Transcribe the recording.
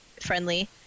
friendly